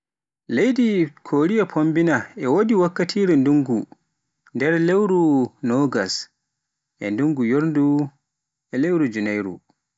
Leydi Koriya fombina e wodi wattakire ndungu lewru nogas e ndunngu yoorngu e lewru junairu.